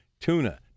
tuna